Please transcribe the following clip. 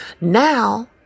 Now